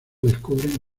descubren